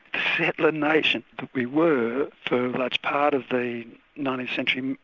settler nation that we were for a large part of the nineteenth century,